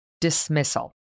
dismissal